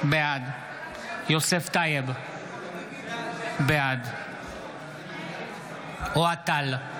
בעד יוסף טייב, בעד אוהד טל,